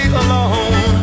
alone